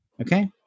Okay